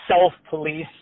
self-police